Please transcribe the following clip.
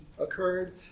occurred